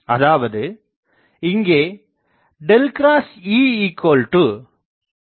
அதாவது இங்கே ᐁEJm